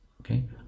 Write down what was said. okay